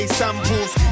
samples